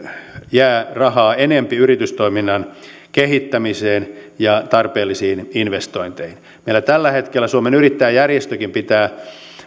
jää rahaa enempi yritystoiminnan kehittämiseen ja tarpeellisiin investointeihin meillä tällä hetkellä suomen yrittäjäjärjestökin pitää